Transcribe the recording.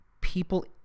people